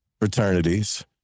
fraternities